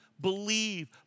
believe